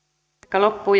loppuu